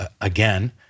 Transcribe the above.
again